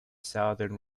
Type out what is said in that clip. southern